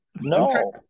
No